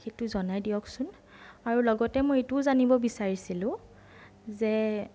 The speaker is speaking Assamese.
সেইটো জনাই দিয়কচোন আৰু লগতে মই এইটোও জানিব বিচাৰিছিলোঁ যে